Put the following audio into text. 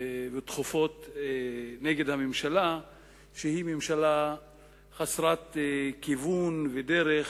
ותכופים נגד הממשלה היא שזו ממשלה חסרת כיוון ודרך,